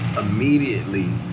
immediately